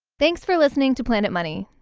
thanks for listening to planet money.